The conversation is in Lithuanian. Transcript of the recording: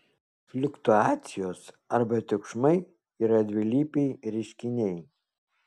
fliuktuacijos arba triukšmai yra dvilypiai reiškiniai